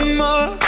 more